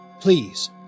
please